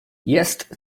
jest